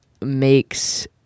makes